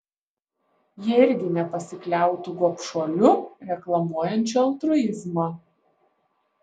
jie irgi nepasikliautų gobšuoliu reklamuojančiu altruizmą